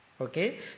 Okay